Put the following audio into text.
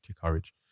courage